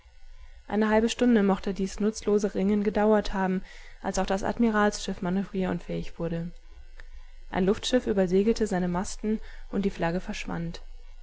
eine halbe stunde mochte dies nutzlose ringen gedauert haben als auch das admiralsschiff manövrierunfähig wurde ein luftschiff übersegelte seine masten und die flagge verschwand